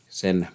sen